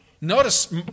notice